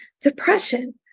depression